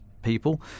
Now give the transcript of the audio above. people